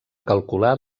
calcular